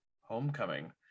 Homecoming